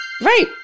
Right